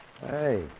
Hey